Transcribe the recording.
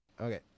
Okay